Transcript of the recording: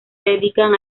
dedican